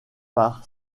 par